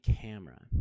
camera